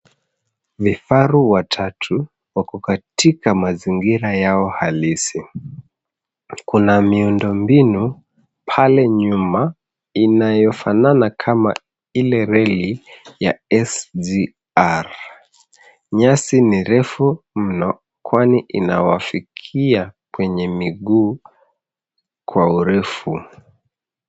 Vifaru watatu wako katika mazingira yao halisi. Kuna miundombinu pale nyuma inayofanana kama ile reli ya SGR. Nyasi ni refu mno kwani inawafikia kwenye miguu kwa urefu.